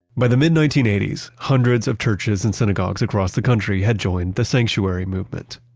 by the mid nineteen eighty s hundreds of churches and synagogues across the country had joined the sanctuary movement.